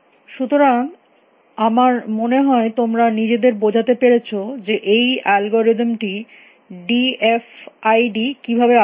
সুতরাং আমার মনে হয় তোমরা নিজেদের বোঝাতে পেরেছ যে এই অ্যালগরিদমটি ডি এফ আই ডি কিভাবে আচরণ করে